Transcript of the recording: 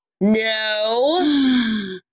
No